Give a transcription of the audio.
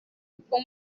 uko